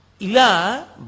Ila